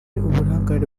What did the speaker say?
uburangare